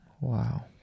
Wow